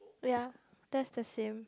ya that's the same